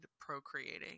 procreating